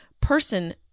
person